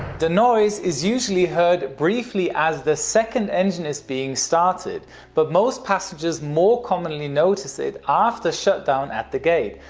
the noise is usually heard briefly as the second engine is being started but most passengers more commonly notice it, after shutdown at the gate.